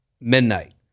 midnight